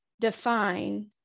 define